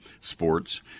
sports